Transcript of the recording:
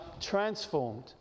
transformed